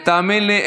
ותאמין לי,